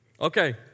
Okay